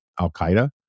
al-qaeda